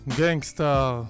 gangster